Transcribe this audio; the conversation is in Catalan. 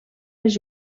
les